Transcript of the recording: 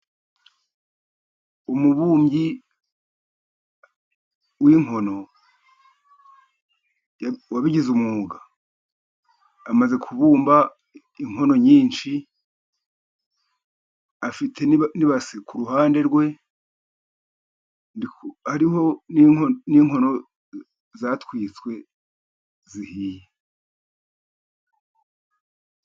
Umubumbyi w'inkono wabigize umwuga, amaze kubumba inkono nyinshi , afite n'ibase kuruhande rwe, hariho n'inkono zatwitswe zihiye.